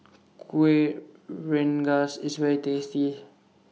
Kueh Rengas IS very tasty